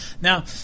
Now